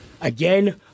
again